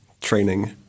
training